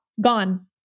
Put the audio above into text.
Gone